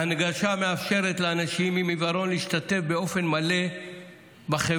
ההנגשה מאפשרת לאנשים עם עיוורון להשתתף באופן מלא בחברה,